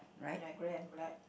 like grey and black